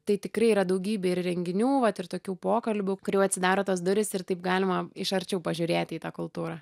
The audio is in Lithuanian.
tai tikrai yra daugybė ir renginių vat ir tokių pokalbių kur jau atsidaro tos durys ir taip galima iš arčiau pažiūrėti į tą kultūrą